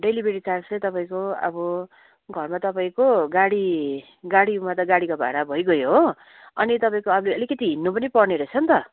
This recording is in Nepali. डिलिभेरी चार्ज चाहिँ तपाईँको अब घरमा तपाईँको गाडी गाडीमा त गाडीको भाडा भइगयो हो अनि तपाईँको अझै अलिकति हिँड्नु पनि पर्ने रहेछ नि त